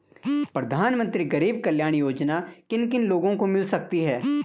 प्रधानमंत्री गरीब कल्याण योजना किन किन लोगों को मिल सकती है?